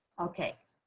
okay.